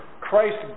Christ